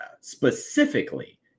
specifically